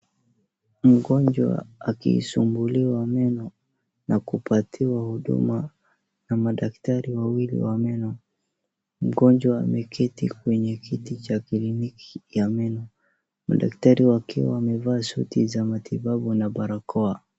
Mgonjwa akisumbuliwa meno na kupatiwa huduma na madaktari wawili wa meno. Mgonjwa ameketi kwenye kiti cha kliniki ya meno. Madaktari wakiwa wamevaa suti za matibabu na barakoa.